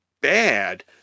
bad